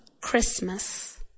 Christmas